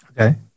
Okay